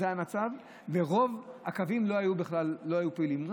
זה היה המצב, ורוב הקווים בכלל לא היו פעילים.